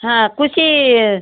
हां खुशी